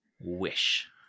Wish